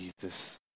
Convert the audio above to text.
Jesus